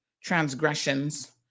transgressions